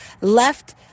left